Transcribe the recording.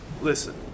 Listen